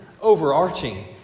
overarching